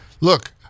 Look